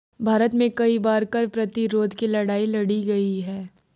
भारत में कई बार कर प्रतिरोध की लड़ाई लड़ी गई है